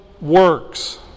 works